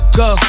go